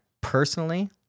personally